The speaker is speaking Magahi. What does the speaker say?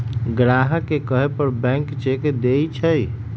ग्राहक के कहे पर बैंक चेक देई छई